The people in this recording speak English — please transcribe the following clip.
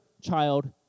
child